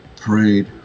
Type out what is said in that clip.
prayed